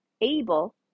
able